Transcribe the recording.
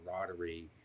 camaraderie